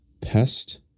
Pest